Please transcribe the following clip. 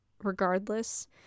regardless